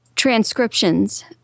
transcriptions